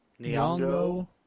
Nyong'o